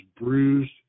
bruised